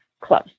close